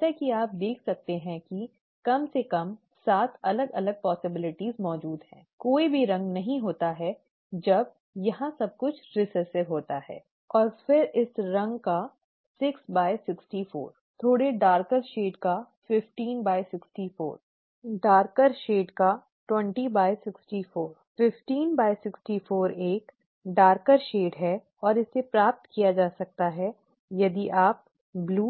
जैसा कि आप देख सकते हैं कि कम से कम 7 अलग अलग संभावनाएँ मौजूद हैं कोई भी रंग नहीं होता जब यहाँ सब कुछ रिसेसिव होता है और फिर इस रंग का 664 थोड़ा गहरा शेड्ज़ का 1564 गहरा शेड्ज़ का 2064 1564 एक गहरा शेड्ज़ और इसे प्राप्त किया जा सकता है यदि आप नीले